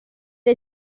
era